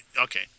Okay